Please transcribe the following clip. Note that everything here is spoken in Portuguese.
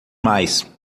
mais